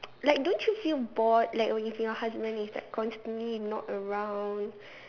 like don't you feel bored like when your husband is like constantly not around